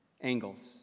angles